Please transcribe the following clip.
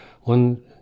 One—